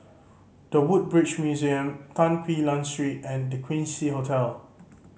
The Woodbridge Museum Tan Quee Lan Street and The Quincy Hotel